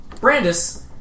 Brandis